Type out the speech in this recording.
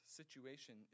situation